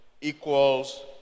equals